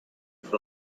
von